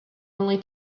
only